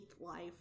life